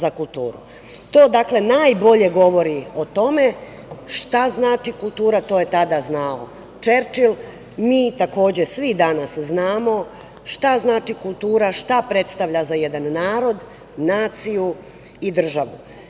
To najbolje govori o tome šta znači kultura. tTo je tada znao Čerčil, takođe, mi danas svi znamo šta znači kultura, šta predstavlja za jedan narod, naciju i državu.